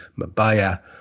Mabaya